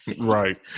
Right